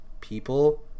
people